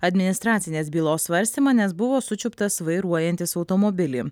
administracinės bylos svarstymą nes buvo sučiuptas vairuojantis automobilį